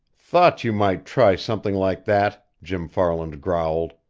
thought you might try something like that! jim farland growled.